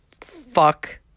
Fuck